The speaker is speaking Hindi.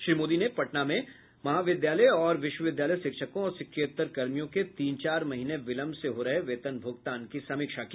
श्री मोदी ने पटना में महाविद्यालय और विश्वविद्यालय शिक्षकों और शिक्षकेत्तर कर्मियों के तीन चार महीने विलम्ब से हो रहे वेतन भुगतान की समीक्षा की